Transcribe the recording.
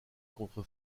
contre